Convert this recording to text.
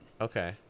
Okay